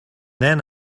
then